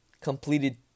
completed